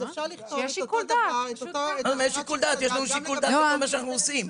יש לנו שיקול דעת בכל מה שאנחנו עושים.